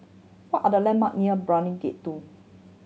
what are the landmark near Brani Gate Two